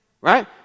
Right